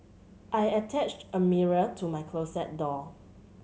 I attached a mirror to my closet door